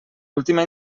última